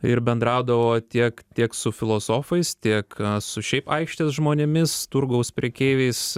ir bendraudavo tiek tiek su filosofais tiek su šiaip aikštės žmonėmis turgaus prekeiviais